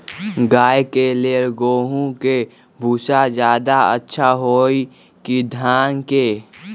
गाय के ले गेंहू के भूसा ज्यादा अच्छा होई की धान के?